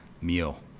meal